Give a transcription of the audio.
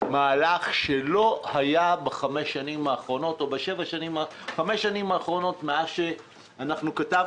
מהלך שלא היה כאן בחמש השנים האחרונות מאז נכתב